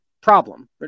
problem